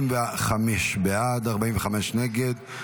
55 בעד, 45 נגד.